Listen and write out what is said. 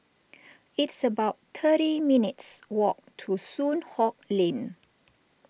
it's about thirty minutes' walk to Soon Hock Lane